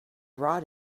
rod